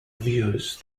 views